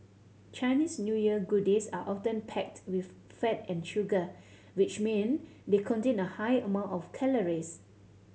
Chinese New Year goodies are often packed with fat and sugar which mean they contain a high amount of calories